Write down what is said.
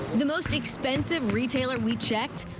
the most expensive retailer we checked,